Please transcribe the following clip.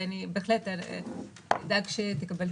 אני בהחלט אדאג שתקבל תשובה.